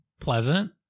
pleasant